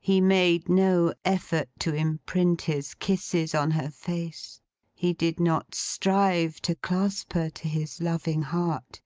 he made no effort to imprint his kisses on her face he did not strive to clasp her to his loving heart